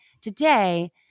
today